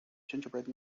gingerbread